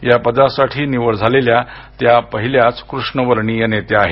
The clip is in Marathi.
या पदासाठी निवड झालेल्या त्या पहिल्याच कृष्णवर्णीय नेत्या आहेत